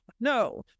no